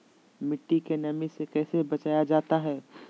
मट्टी के नमी से कैसे बचाया जाता हैं?